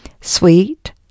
Sweet